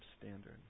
standard